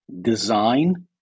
design